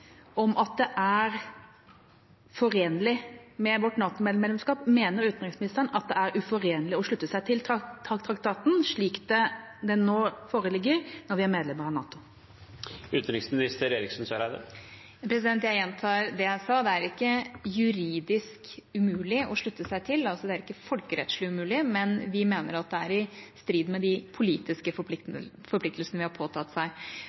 om at det er forenlig med vårt NATO-medlemskap? Mener utenriksministeren at det er uforenlig å slutte seg til traktaten, slik den nå foreligger, når vi er medlem av NATO? Jeg gjentar det jeg sa: Det er ikke juridisk umulig å slutte seg til, det er ikke folkerettslig umulig, men vi mener at det er i strid med de politiske forpliktelsene vi har påtatt